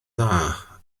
dda